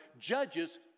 Judges